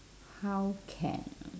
how can